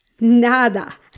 Nada